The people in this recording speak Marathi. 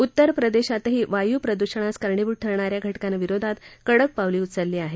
उत्तर प्रदेशातही वायू प्रदूषणास कारणीभूत ठरणा या घटकांविरोधात कडक पावलं उचलली आहेत